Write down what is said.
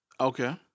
okay